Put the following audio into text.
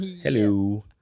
Hello